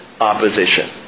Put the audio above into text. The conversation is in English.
opposition